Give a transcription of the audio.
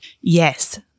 Yes